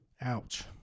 Ouch